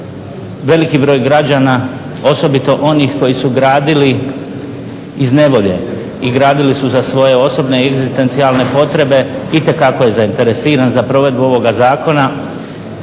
Veliki broj građana osobito onih koji su gradili iz nevolje i gradili su za svoje osobne i egzistencijalne potrebe itekako je zainteresiran za provedbu ovoga zakona